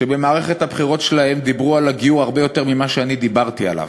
שבמערכת הבחירות שלהם דיברו על הגיור הרבה יותר ממה שאני דיברתי עליו,